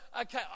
okay